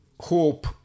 hope